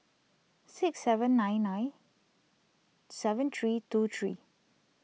six seven nine nine seven three two three